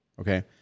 Okay